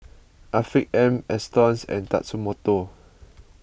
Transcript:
Afiq M Astons and Tatsumoto